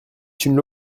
une